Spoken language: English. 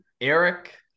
Eric